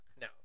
No